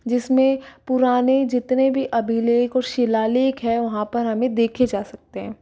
जिसमें पुराने जितने भी अभिलेख और शिलालेख हैं वहाँ पर हमें देखे जा सकते हैं